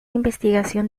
investigación